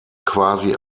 quasi